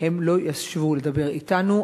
הם לא ישבו לדבר אתנו,